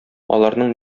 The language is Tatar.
аларның